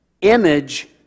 Image